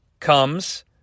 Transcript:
comes